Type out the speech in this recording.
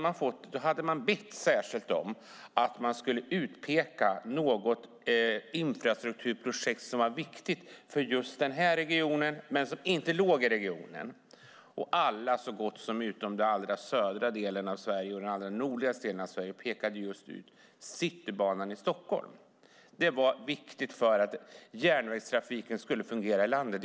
Man hade bett särskilt om att vi skulle peka ut något infrastrukturprojekt som var viktigt för en viss region men som inte låg i regionen. Så gott som alla utom de sydligaste och nordligaste delarna av Sverige pekade ut just Citybanan i Stockholm som viktig för att järnvägstrafiken skulle fungera i landet.